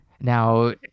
Now